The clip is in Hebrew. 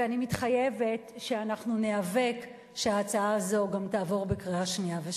ואני מתחייבת שאנחנו ניאבק שההצעה הזאת גם תעבור בקריאה שנייה ושלישית.